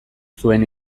zuen